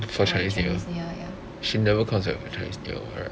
for chinese new year ya